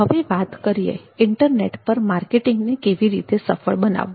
હવે વાત કરીએ ઇન્ટરનેટ પર માર્કેટિંગ ને કેવી રીતે સફળ બનાવવું